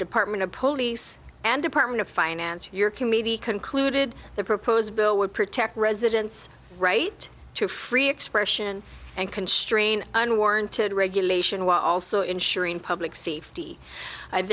department of police and department of finance your committee concluded the proposed bill would protect residents right to free expression and constrain unwarranted regulation while also ensuring public safety